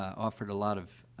offered a lot of, ah,